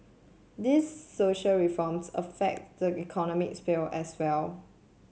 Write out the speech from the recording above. these social reforms affect the economic sphere as well